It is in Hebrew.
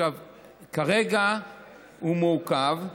כרגע הוא מעוכב,